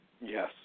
Yes